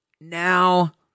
Now